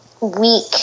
week